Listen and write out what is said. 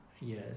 Yes